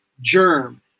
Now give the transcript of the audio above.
germ